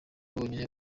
wonyine